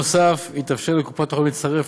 נוסף על כך יתאפשר לקופות החולים לצרף